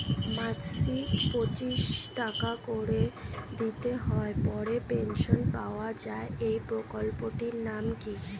মাসিক পঁচিশ টাকা করে দিতে হয় পরে পেনশন পাওয়া যায় এই প্রকল্পে টির নাম কি?